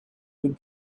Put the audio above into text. would